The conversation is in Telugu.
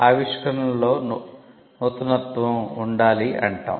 ఆవిష్కరణలో నూతనత్వం ఉండాలి అంటాం